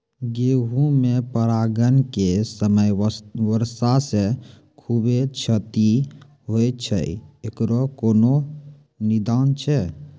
गेहूँ मे परागण के समय वर्षा से खुबे क्षति होय छैय इकरो कोनो निदान छै?